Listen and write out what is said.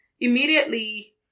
immediately